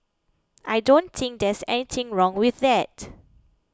I don't think there's anything wrong with that